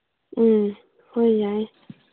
ꯎꯝ ꯍꯣꯏ ꯌꯥꯏ